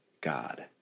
God